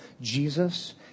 Jesus